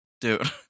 Dude